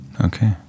Okay